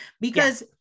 Because-